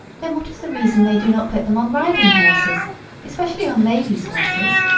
then what is the reason they do not put them on riding horses especially on ladies' horses?